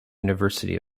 university